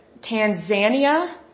Tanzania